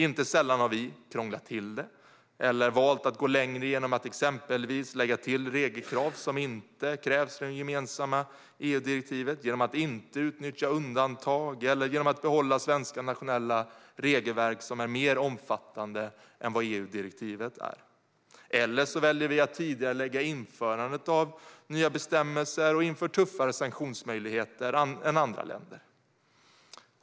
Inte sällan har vi krånglat till det eller valt att gå längre genom att exempelvis lägga till regelkrav som inte krävs i de gemensamma EU-direktiven, genom att inte utnyttja undantag eller genom att behålla svenska nationella regelverk som är mer omfattande än EU-direktivet, eller så väljer vi att tidigarelägga införandet av nya bestämmelser och inför tuffare sanktionsmöjligheter än andra länder.